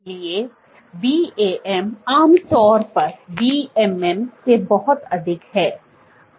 इसलिए VAM आमतौर पर VMM से बहुत अधिक है